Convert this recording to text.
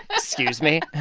excuse me